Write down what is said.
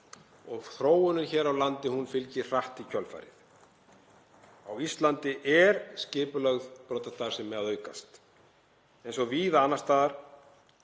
og þróunin hér á landi fylgir hratt í kjölfarið. Á Íslandi er skipulögð brotastarfsemi að aukast eins og víða annars staðar